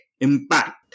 Impact